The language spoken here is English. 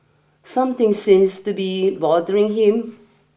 something seems to be bothering him